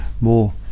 more